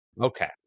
Okay